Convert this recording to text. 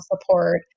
support